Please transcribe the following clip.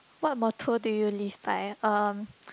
what motto do you live by um